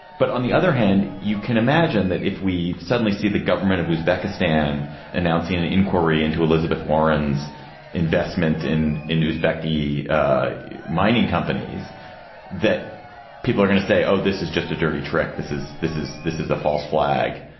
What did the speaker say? but on the other hand you can imagine that if we suddenly see the government of whose becca stand announcing an inquiry into elizabeth warren's investment in in news becky mining companies that people are going to say oh this is just a dirty trick. this is this is this is a false flag.